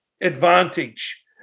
advantage